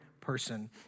person